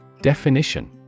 Definition